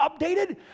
updated